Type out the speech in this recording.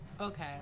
Okay